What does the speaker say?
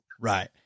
Right